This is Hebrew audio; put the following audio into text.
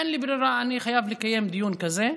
אין לי ברירה, אני חייב לקיים דיון כזה.